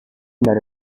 dari